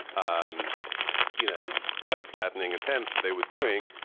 um you know, curve flattening attempts that they were doing,